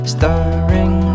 Stirring